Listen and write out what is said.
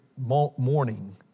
morning